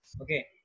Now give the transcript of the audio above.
Okay